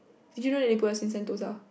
did you know that they put us in Sentosa